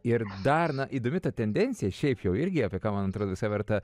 ir dar na įdomi ta tendencija šiaip jau irgi apie man atrodo visai verta